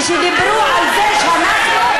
כשדיברו על זה שאנחנו,